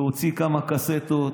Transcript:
להוציא כמה קסטות,